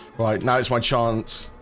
right now it's my chance